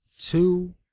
two